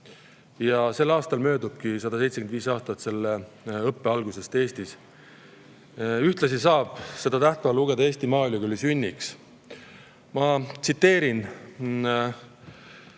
Sel aastal möödub 175 aastat selle õppe algusest Eestis, ühtlasi saab seda tähtpäeva lugeda Eesti Maaülikooli sünniks. Ma tsiteerin